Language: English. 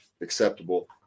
acceptable